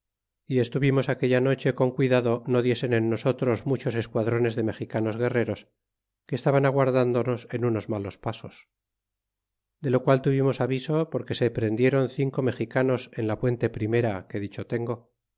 y estuvimos aquella noche con cuidado no diesen en nosotros muchos esquadrones de mexicanos guerreros que estaban aguardándonos en unos malos pasos de lo qual tuvimos aviso porque se prendieron chico mexicanos en la puente primera que dicho tengo